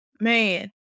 Man